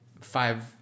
five